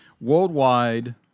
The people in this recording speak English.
Worldwide